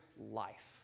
life